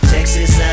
Texas